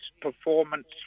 performance